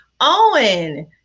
Owen